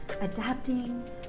adapting